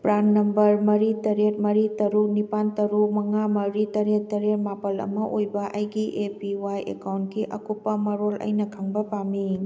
PRAN number ꯃꯔꯤ ꯇꯔꯦꯠ ꯃꯔꯤ ꯇꯔꯨꯛ ꯅꯤꯄꯥꯜ ꯇꯔꯨꯛ ꯃꯉꯥ ꯃꯔꯤ ꯇꯔꯦꯠ ꯇꯔꯦꯠ ꯃꯥꯄꯜ ꯑꯃ ꯑꯣꯏꯕ ꯑꯩꯒꯤ ꯑꯦ ꯄꯤ ꯋꯥꯏ ꯑꯦꯀꯥꯎꯟꯒꯤ ꯑꯀꯨꯞꯄ ꯃꯔꯣꯜ ꯑꯩꯅ ꯈꯪꯕ ꯄꯥꯝꯃꯤ